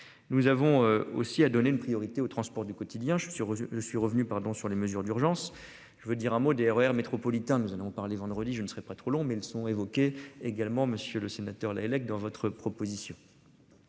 Nous avons aussi à donner une priorité aux transports du quotidien. Je suis sûr, je, je suis revenu, pardon, sur les mesures d'urgence. Je veux dire un mot du RER métropolitains. Nous allons parler vendredi je ne serai pas trop long mais ils sont évoquées également monsieur le sénateur Lahellec dans votre proposition.